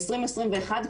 ב-2021,